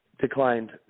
declined